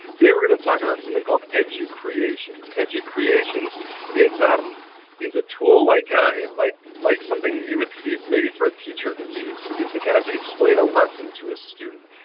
today we are going to talk about something called educreations. educreations is um is a tool like and like like something you would see maybe for a teacher to use to to kind of explain a lesson to a student.